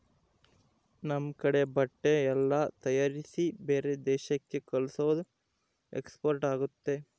ನಮ್ ಕಡೆ ಬಟ್ಟೆ ಎಲ್ಲ ತಯಾರಿಸಿ ಬೇರೆ ದೇಶಕ್ಕೆ ಕಲ್ಸೋದು ಎಕ್ಸ್ಪೋರ್ಟ್ ಆಗುತ್ತೆ